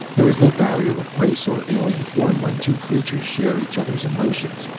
there is no barrier of race or alien form when two creatures share each other's emotions.